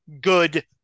good